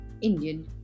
indian